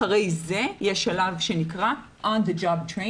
אחרי זה יש שלב שנקרא On the job training